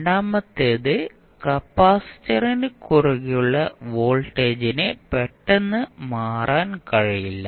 രണ്ടാമത്തേത് കപ്പാസിറ്ററിന് കുറുകെയുള്ള വോൾട്ടേജിന് പെട്ടെന്ന് മാറാൻ കഴിയില്ല